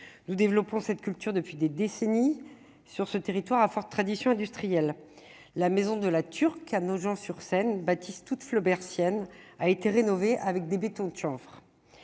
nous développons cette culture depuis des décennies sur ce territoire à forte tradition industrielle, la maison de la Turquie à Nogent sur Seine bâtissent toutes Flaubert, Sienne a été rénové avec des béton chanvre,